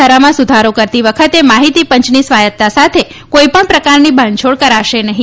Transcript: ધારામાં સુધારો કરતી વખતે માહિતી પંચની સ્વાયત્તતા સાથે કોઇપણ પ્રકારની બાંધછોડ કરાશે નહિ